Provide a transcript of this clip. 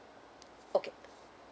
okay